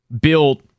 built